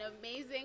amazing